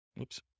Oops